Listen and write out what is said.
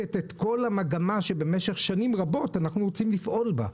הורסת את כל המגמה שבמשך שנים רבות אנחנו רוצים לפעול בה.